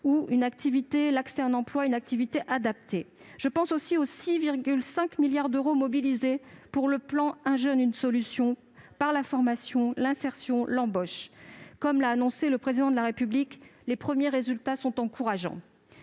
de masques, l'accès à un emploi ou à une activité adaptée. Je pense aussi aux 6,5 milliards d'euros dédiés au plan « 1 jeune, 1 solution » pour la formation, l'insertion et l'embauche. Comme l'a annoncé le Président de la République, les premiers résultats sont encourageants.